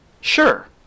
Sure